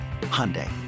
Hyundai